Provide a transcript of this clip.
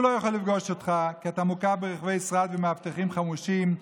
הוא לא יכול לפגוש אותך כי אתה מוקף ברכבי שרד ובמאבטחים חמושים,